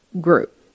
group